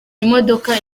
imodoka